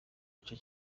gice